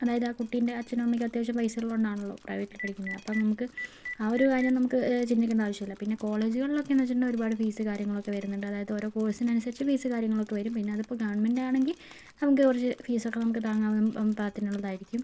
അതായത് ആ കുട്ടിൻ്റെ അച്ഛനും അമ്മയ്ക്കും അത്യാവശ്യം പൈസ ഉള്ളത് കൊണ്ടാണല്ലോ പ്രൈവറ്റിൽ പഠിക്കുന്നത് അപ്പം നമുക്ക് ആ ഒരു കാര്യം നമുക്ക് ചിന്തിക്കേണ്ട ആവശ്യമില്ല പിന്നെ കോളേജുകളിൽ ഒക്കെ എന്നു വച്ചിട്ടുണ്ടെങ്കിൽ ഒരുപാട് ഫീസ് കാര്യങ്ങൾ ഒക്കെ വരുന്നുണ്ട് അതായത് ഓരോ കോഴ്സിന് അനുസരിച്ച് ഫീസ് കാര്യങ്ങളൊക്കെ വരും പിന്നെ അതിപ്പോൾ ഗവൺമെൻറ് ആണെങ്കിൽ നമുക്ക് കുറച്ച് ഫീസ് ഒക്കെ താങ്ങാവുന്ന പാകത്തിനുള്ളതായിരിക്കും